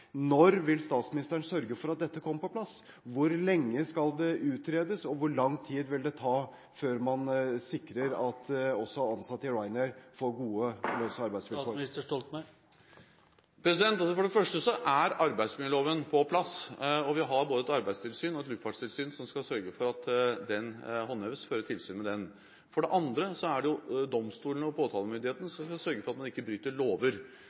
når vil statsministeren sørge for at dette kommer på plass? Hvor lenge skal det utredes? Hvor lang tid vil det ta før man sikrer at også ansatte i Ryanair får gode lønns- og arbeidsvilkår? For det første er arbeidsmiljøloven på plass, og vi har både et arbeidstilsyn og et luftfartstilsyn som skal sørge for at den håndheves, som skal føre tilsyn med det. For det andre er det jo domstolene og påtalemyndigheten som skal sørge for at man ikke bryter lover.